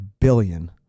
billion